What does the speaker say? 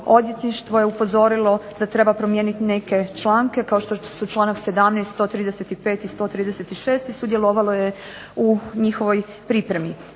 odvjetništvo je upozorilo da treba promijeniti neke članke, kao što su članak 17., 135. i 136., i sudjelovalo je u njihovoj pripremi.